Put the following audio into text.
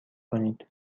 کنید